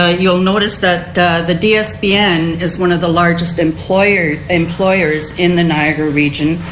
ah you'll notice that the dsbn is one of the largest employers employers in the niagra region.